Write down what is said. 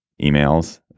emails